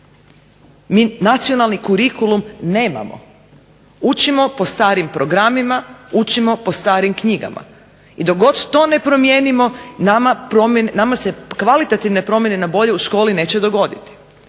Mi nacionalni kurikulum nemamo. Učimo po starim programima, učimo po starim knjigama. I dok god to ne promijenimo nama se kvalitativne promjene na bolje u školi neće dogoditi.